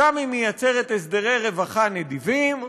שם היא מייצרת הסדרי רווחה נדיבים,